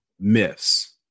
myths